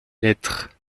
lettres